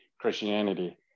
Christianity